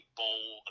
bowl